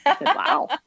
wow